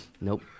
Nope